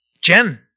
Jen